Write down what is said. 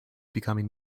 becoming